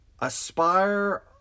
Aspire